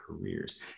careers